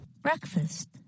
Breakfast